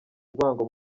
urwango